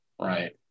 right